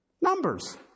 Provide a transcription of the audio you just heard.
numbers